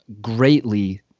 greatly